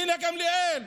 גילה גמליאל,